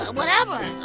whatever.